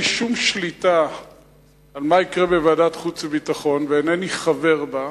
על מה שיקרה בוועדת החוץ והביטחון ואינני חבר בה,